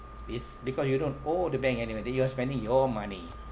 it's because you don't owe the bank anyway that you are spending your money